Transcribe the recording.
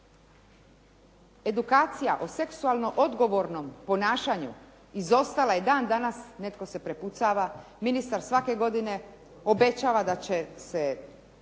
edukacija o seksualno odgovornom ponašanju izostala je. Dan danas netko se prepucava. Ministar svake godine obećava da će se